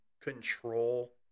control